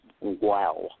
wow